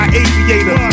aviator